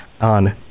on